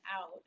out